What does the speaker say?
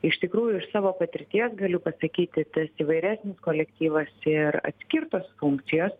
iš tikrųjų iš savo patirties galiu pasakyti tas įvairesnis kolektyvas ir atskirtos funkcijos